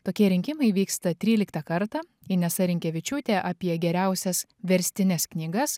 tokie rinkimai vyksta tryliktą kartą inesa rinkevičiūtė apie geriausias verstines knygas